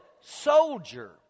soldier